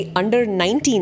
under-19